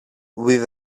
with